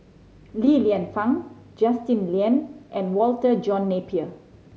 Li Lienfung Justin Lean and Walter John Napier